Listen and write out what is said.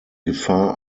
gefahr